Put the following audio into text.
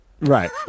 Right